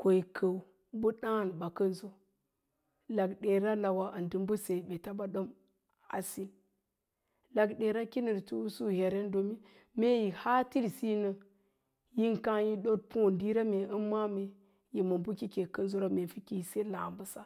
ko yi kəu bə ɗáán ɓa kənso, lakɗééra lauwa ndə mbəseyaa ɓataɓa ɗəm a sin. Lakɗééra kinirto'usu heren don mee yi haa tirsinə, yin káá yi ɗot póó diira mee ən ma'ára mkee pə ko yi se láá bəsa.